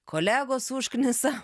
kolegos užknisa